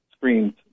screens